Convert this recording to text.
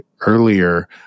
earlier